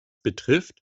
betrifft